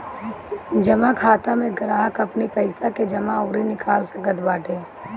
जमा खाता में ग्राहक अपनी पईसा के जमा अउरी निकाल सकत बाटे